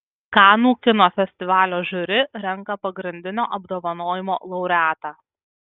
kanų kino festivalio žiuri renka pagrindinio apdovanojimo laureatą